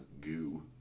goo